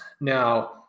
Now